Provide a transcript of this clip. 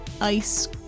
ice